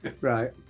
Right